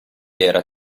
era